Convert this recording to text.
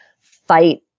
fight